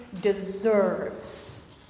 deserves